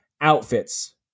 outfits